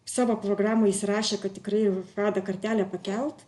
savo programoj įsirašė kad tikrai žada kartelę pakelt